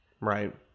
right